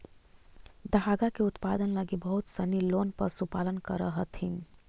धागा के उत्पादन लगी बहुत सनी लोग पशुपालन करऽ हथिन